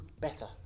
better